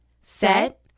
set